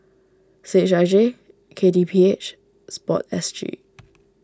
C H I J K T P H Sport S G